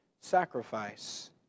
sacrifice